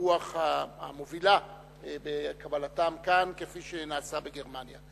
הרוח המובילה בקבלתם כאן, כפי שנעשה בגרמניה.